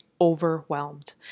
overwhelmed